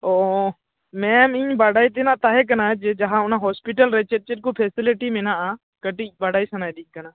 ᱚᱻ ᱢᱮᱱ ᱫᱟᱹᱧ ᱵᱟᱰᱟᱭ ᱛᱮᱱᱟᱜ ᱛᱟᱦᱮᱸ ᱠᱟᱱᱟ ᱡᱮ ᱡᱟᱦᱟᱸ ᱚᱱᱟ ᱦᱚᱥᱯᱤᱴᱟᱞ ᱨᱮ ᱪᱮᱫ ᱪᱮᱫ ᱠᱚ ᱯᱷᱮᱥᱮᱞᱤᱴᱤ ᱢᱮᱱᱟᱜᱼᱟ ᱠᱟᱹᱴᱤᱡ ᱵᱟᱲᱟᱭ ᱥᱟᱱᱟᱭᱤᱫᱤᱧ ᱠᱟᱱᱟ